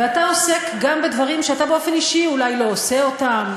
ואתה עוסק גם בדברים שאתה באופן אישי אולי לא עושה אותם,